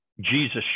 Jesus